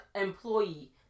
employee